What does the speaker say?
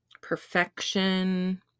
perfection